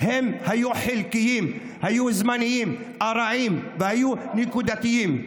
הם היו חלקיים, היו זמניים, היו ארעיים ונקודתיים.